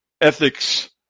ethics